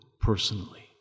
personally